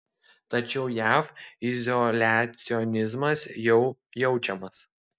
tačiau jav izoliacionizmas jau jaučiamas